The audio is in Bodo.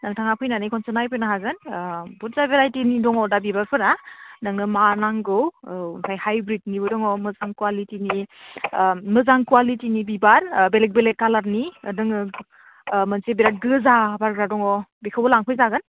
नोंथाङा फैनानै खनसे नायफैनो हागोन बुरजा भेरायटिनि दं दा बिबारफोरा नोंनो मा नांगौ औ ओमफ्राय हाइब्रिदनिबो दङ मोजां कुवालिटीनि मोजां कुवालिटीनि बिबार बेलेक बेलेक कालारनि दङ मोनसे बिराद गोजा बारग्रा दङ बेखौबो लांफै जागोन